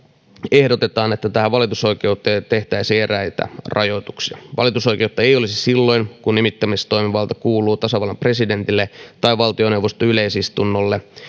ehdotetaan että tähän valitusoikeuteen tehtäisiin eräitä rajoituksia valitusoikeutta ei olisi silloin kun nimittämistoimivalta kuuluu tasavallan presidentille tai valtioneuvoston yleisistunnolle